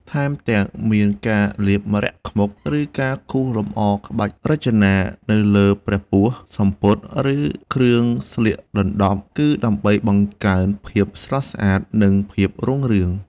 ថែមទាំងមាន ការលាបម្រ័ក្សណ៍ខ្មុក ឬការគូរលម្អក្បាច់រចនានៅលើព្រះពស្ត្រ សំពត់ ឬគ្រឿងស្លៀកដណ្ដប់ គឺដើម្បីបង្កើនភាពស្រស់ស្អាត និងភាពរុងរឿង។